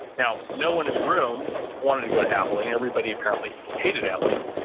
now, no one in the room wanted to go to abilene. everybody apparently hated abilene.